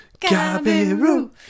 Gabiru